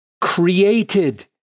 created